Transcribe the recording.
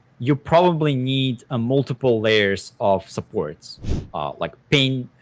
you probably need a multiple layers of supports like painkeeper,